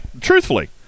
truthfully